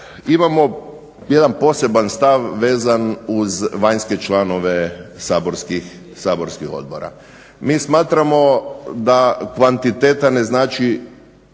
imamo jedan poseban stav vezan uz vanjske članove saborskih odbora. Mi smatramo da kvantiteta ne znači